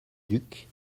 duc